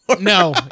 No